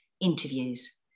interviews